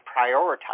prioritize